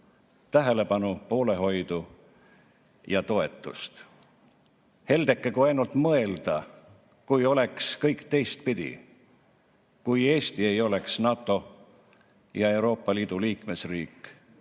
tähelepanu, poolehoidu ja toetust. Heldeke, kui ainult mõelda, et kui kõik oleks teistpidi, kui Eesti ei oleks NATO ja Euroopa Liidu liikmesriik